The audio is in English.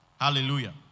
Hallelujah